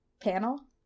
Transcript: panel